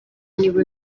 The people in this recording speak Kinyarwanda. nibo